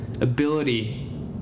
ability